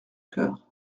coeur